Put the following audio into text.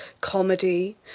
comedy